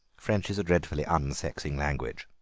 french is a dreadfully unsexing language.